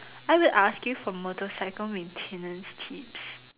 I will ask you for motorcycle maintenance tips